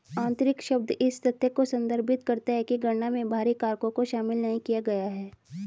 आंतरिक शब्द इस तथ्य को संदर्भित करता है कि गणना में बाहरी कारकों को शामिल नहीं किया गया है